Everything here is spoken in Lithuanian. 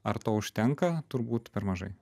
ar to užtenka turbūt per mažai